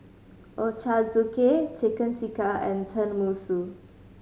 Ochazuke Chicken Tikka and Tenmusu